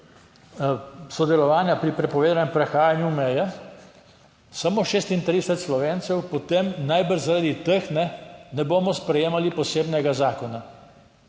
sodelovanja pri prepovedanem prehajanju meje samo 36 Slovencev, potem najbrž, zaradi teh ne bomo sprejemali posebnega zakona.